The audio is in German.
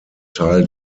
teil